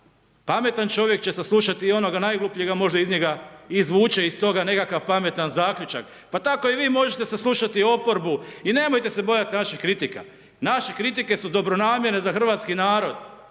Pametan čovjek će saslušati i onoga najglupljega možda ih njega izvuče iz toga nekakav pametan zaključak. Pa tako i vi možete saslušati oporbu i nemojte se bojat naših kritika. Naše kritike su dobronamjerne za hrvatski narod.